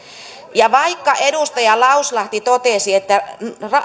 vaikka edustaja lauslahti totesi että